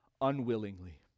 unwillingly